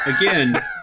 Again